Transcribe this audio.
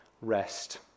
rest